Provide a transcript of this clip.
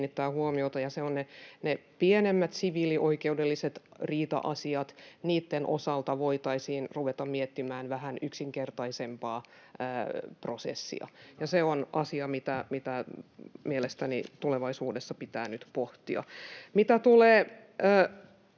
ja se on ne pienemmät siviilioikeudellisten riita-asiat. Niiden osalta voitaisiin ruveta miettimään vähän yksinkertaisempaa prosessia. [Ben Zyskowicz: Hyvä!] Se on asia, mitä mielestäni tulevaisuudessa pitää pohtia. Mitä tulee